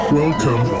welcome